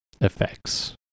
effects